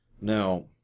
Now